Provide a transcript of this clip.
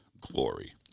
glory